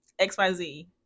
xyz